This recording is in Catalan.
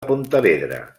pontevedra